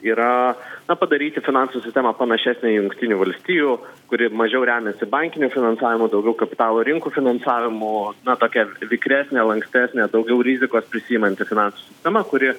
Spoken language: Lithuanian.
yra na padaryti finansų sistemą panašesnę į jungtinių valstijų kuri mažiau remiasi bankiniu finansavimu daugiau kapitalo rinkų finansavimu na tokia vikresnė lankstesnė daugiau rizikos prisiimanti finansų sistema kuri